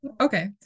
okay